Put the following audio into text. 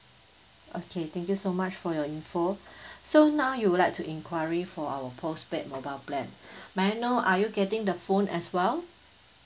okay thank you so much for your info so now you would like to enquiry for our postpaid mobile plan may I know are you getting the phone as well